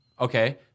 Okay